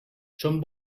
som